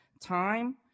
time